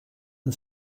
and